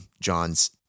John's